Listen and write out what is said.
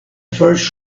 first